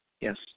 yes